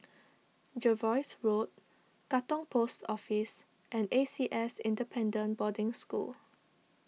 Jervois Road Katong Post Office and A C S Independent Boarding School